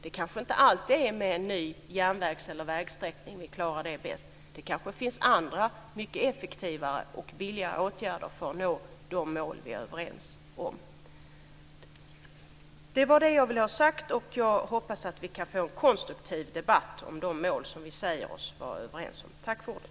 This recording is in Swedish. Det är kanske inte alltid med en ny järnvägs eller vägsträckning som vi klarar det bäst. Det kanske finns andra mycket effektivare och billigare åtgärder för att nå de mål som vi är överens om. Det var det jag ville ha sagt. Jag hoppas att vi kan få en konstruktiv debatt om de mål som vi säger oss vara överens om. Tack för ordet!